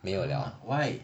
没有了